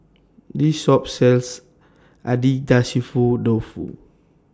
This Shop sells Agedashi Dofu